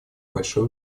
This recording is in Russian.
большой